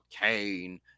Kane